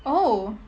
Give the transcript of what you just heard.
oh